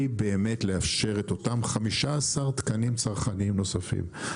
לאשר את אותם 15 תקנים צרכניים נוספים.